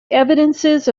evidences